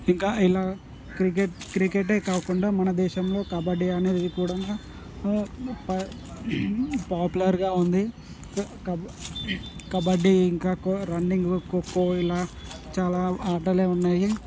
ఇంకా ఇలా cricket cricket ఏ కాకుండా మనదేశంలో కబడి అనేది కూడా పాపులర్గా ఉంది కబ కబడ్డీ ఇంకా రన్నింగ్ కో కో ఇలా చాలా ఆటలే ఉన్నాయి